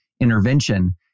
intervention